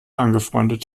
angefreundet